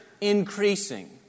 increasing